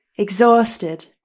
Exhausted